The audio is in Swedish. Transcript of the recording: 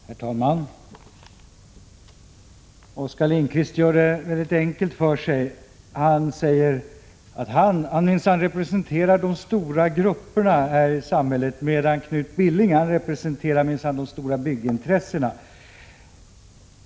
Herr talman! Oskar Lindkvist gör det mycket enkelt för sig. Han säger att 26 november 1986 han minsann representerar de stora grupperna här i samhället medan jag = mov sp. om representerar de stora byggintressena.